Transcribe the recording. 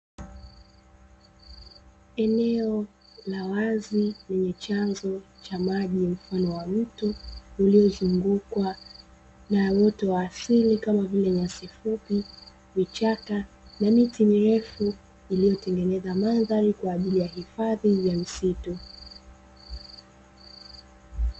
Eneo la wazi lenye chanzo cha maji mfano wa mto uliozungukwa na uoto wa asili kama vile nyasi fupi, vichaka na miti mirefu iliotengeneza mandhari kwa ajili ya hifadhi ndini ya misitu.